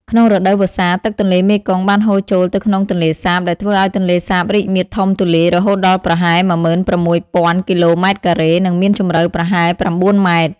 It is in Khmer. ក្នុងរដូវវស្សា ទឹកទន្លេមេគង្គបានហូរចូលទៅក្នុងទន្លេសាប ដែលធ្វើឲ្យទន្លេសាបរីកមាឌធំទូលាយរហូតដល់ប្រហែល ១៦,០០០ គីឡូម៉ែត្រការ៉េ និងមានជម្រៅប្រហែល ៩ ម៉ែត្រ។